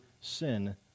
sin